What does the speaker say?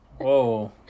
Whoa